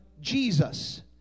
Jesus